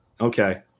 Okay